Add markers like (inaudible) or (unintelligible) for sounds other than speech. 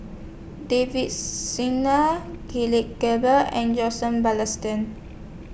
Davin Singh (unintelligible) Gilbey and Joseph Balestier